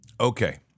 Okay